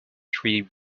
three